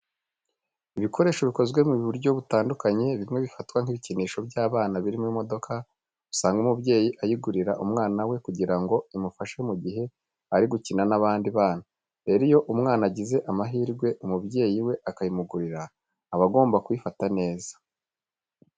Ibikoresho bikozwe mu buryo butandukanye bimwe bifatwa nk'ibikinisho by'abana birimo imodoka, usanga umubyeyi ayigurira umwana we kugira ngo imufashe mu gihe ari gukina n'abandi bana. Rero iyo umwana agize amahirwe umubyeyi we akayimugurira aba agomba kuyifata neza.